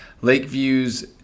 Lakeview's